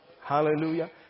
Hallelujah